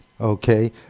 okay